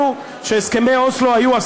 יותר מדי, יותר מדי, יכול להיות.